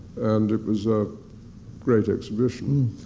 and it was a great exhibition.